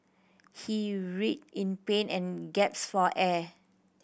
he writhed in pain and gaps for air